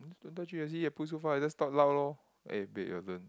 don't touch it you see you put so far you just talk lour lor eh beg you don't